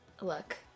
look